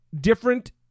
different